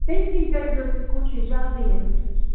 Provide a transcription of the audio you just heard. تَمہِ کِۍ کٔرۍزیٚو تُہۍ کوٗشِش جلدی یِنٕچ